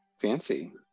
fancy